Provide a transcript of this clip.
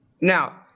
Now